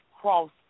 cross